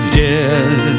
death